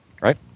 right